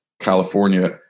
California